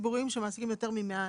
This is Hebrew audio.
ציבוריים שמעסיקים יותר מ-100 אנשים.